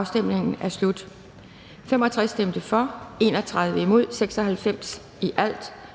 Østerby (UFG)), hverken for eller imod stemte 0.